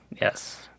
Yes